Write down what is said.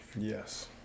Yes